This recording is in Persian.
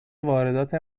واردات